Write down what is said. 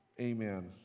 amen